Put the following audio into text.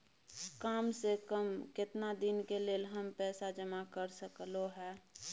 काम से कम केतना दिन के लेल हम पैसा जमा कर सकलौं हैं?